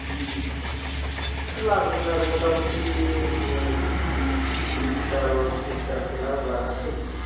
ओ लाबोगोन आरो मतामति बिसदाल त्रिसदालसो लाना फैनोसै